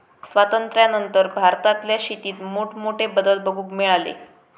स्वातंत्र्यानंतर भारतातल्या शेतीत मोठमोठे बदल बघूक मिळाले